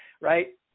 right